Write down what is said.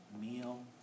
meal